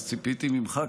אז ציפיתי ממך,